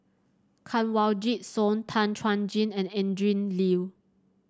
Kanwaljit Soin Tan Chuan Jin and Adrin Loi